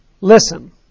Listen